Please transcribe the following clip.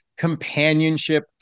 companionship